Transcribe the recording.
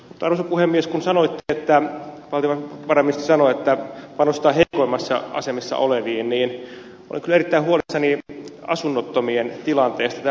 mutta arvoisa puhemies kun valtiovarainministeri sanoi että panostetaan heikoimmassa asemassa oleviin niin olen kyllä erittäin huolissani asunnottomien tilanteesta